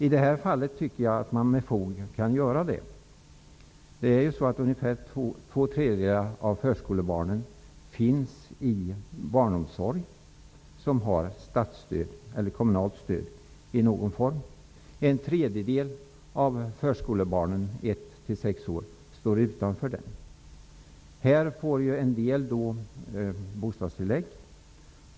I detta fall tycker jag att man med fog kan göra det. Två tredjedelar av förskolebarnen finns i barnomsorg som har statsstöd eller kommunalt stöd i någon form. En tredjedel av barnen i åldern 1--6 år står utanför den. En del familjer får bostadstillägg.